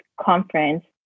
conference